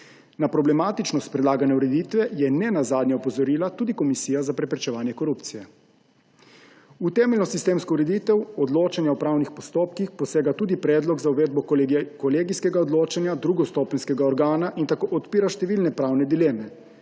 Na problematičnost predlagane ureditve je nenazadnje opozorila tudi Komisija za preprečevanje korupcije. V temeljno sistemsko ureditev odločanja v upravnih postopkih posega tudi predlog za uvedbo kolegijskega odločanja drugostopenjskega organa in tako odpira številne pravne dileme.